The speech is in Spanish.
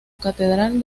catedral